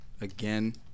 Again